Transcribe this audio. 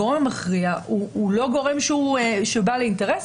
הגורם המכריע הוא לא גורם שהוא בעל אינטרס